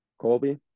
Colby